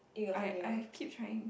I I I have keep trying